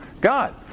God